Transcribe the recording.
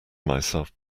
myself